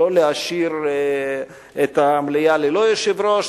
שלא להשאיר את המליאה ללא יושב-ראש.